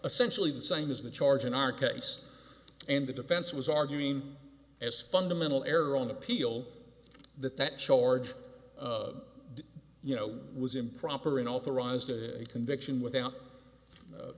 essential and same as the charge in our case and the defense was arguing as fundamental error on appeal that that charge you know was improper and authorized a conviction without